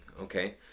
okay